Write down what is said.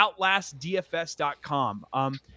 OutlastDFS.com